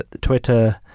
Twitter